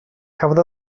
cafodd